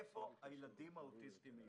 איפה הילדים האוטיסטים יהיו?